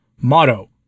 Motto